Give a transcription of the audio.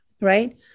right